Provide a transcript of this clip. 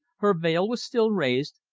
her veil was still raised,